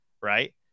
Right